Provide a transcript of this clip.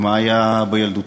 ומה היה בילדותי,